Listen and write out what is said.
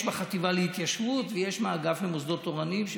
יש בחטיבה להתיישבות ויש באגף למוסדות תורניים.